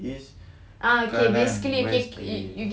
east kanan west kiri